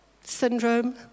syndrome